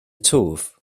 twf